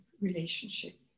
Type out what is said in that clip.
relationship